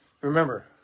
Remember